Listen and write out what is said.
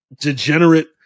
degenerate